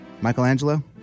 Michelangelo